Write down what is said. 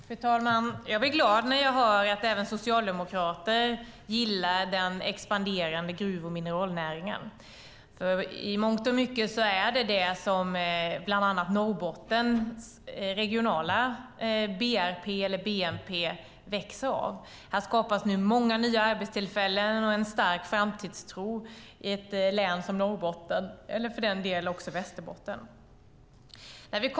Fru talman! Jag blir glad när jag hör att även socialdemokrater gillar den expanderande gruv och mineralnäringen. I mångt och mycket är det vad som bland annat Norrbottens regionala brp, eller bnp, växer av. Här skapas nu många nya arbetstillfällen och en stark framtidstro i ett län som Norrbotten och för den delen även i Västerbotten.